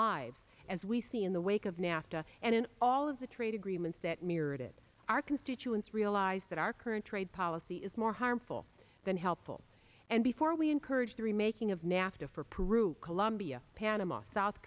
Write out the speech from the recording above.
lives as we see in the wake of nafta and in all of the trade agreements that mirrored it our constituents realize that our current trade policy is more harmful than helpful and before we encourage the remaking of nafta for peru colombia panama south